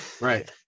Right